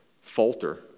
falter